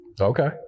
Okay